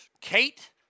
Kate